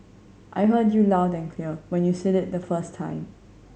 I heard you loud and clear when you said it the first time